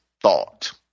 thought